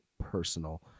personal